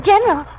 General